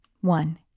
one